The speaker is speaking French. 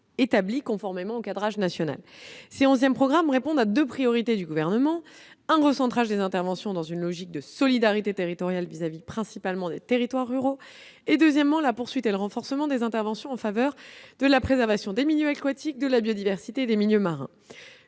établis conformément au cadrage national. Ils répondent à deux priorités du Gouvernement : un recentrage des interventions dans une logique de solidarité territoriale, principalement envers les territoires ruraux, ainsi que la poursuite et le renforcement des interventions en faveur de la préservation des milieux aquatiques, de la biodiversité et des milieux marins.